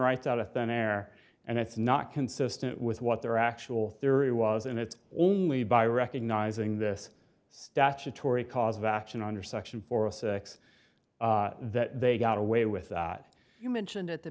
right out of thin air and it's not consistent with what their actual theory was and it's only by recognizing the statutory cause of action under section four of six that they got away with that you mentioned at the